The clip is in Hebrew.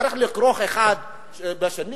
צריך לכרוך אחד בשני?